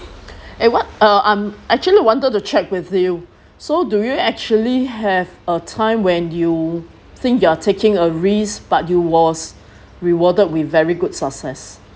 eh what uh I'm actually wanted to check with you so do you actually have a time when you think you are taking a risk but you was rewarded with very good success